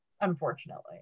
unfortunately